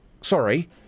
Sorry